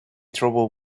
trouble